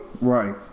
Right